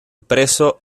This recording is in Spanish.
impreso